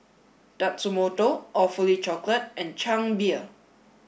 Tatsumoto Awfully Chocolate and Chang Beer